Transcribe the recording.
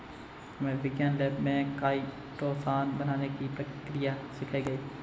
हमे विज्ञान लैब में काइटोसान बनाने की प्रक्रिया सिखाई गई